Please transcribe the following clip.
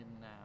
now